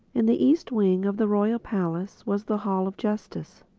in the east wing of the royal palace was the hall of justice.